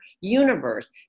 universe